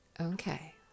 Okay